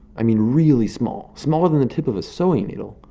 i mean, really small smaller than the tip of a sewing needle.